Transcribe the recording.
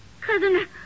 cousin